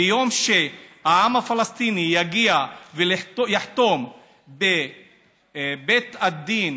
ביום שהעם הפלסטיני יגיע ויחתום בבית הדין